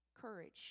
courage